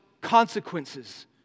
consequences